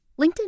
LinkedIn